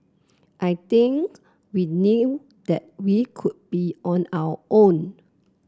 I think we knew that we could be on our own